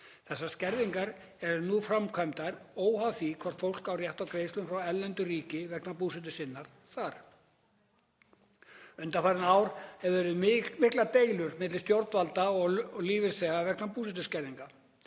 Þessar skerðingar eru nú framkvæmdar óháð því hvort fólk á rétt á greiðslum frá erlendu ríki vegna búsetu sinnar þar. Undanfarin ár hafa verið miklar deilur milli stjórnvalda og lífeyrisþega vegna búsetuskerðinga.